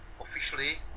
officially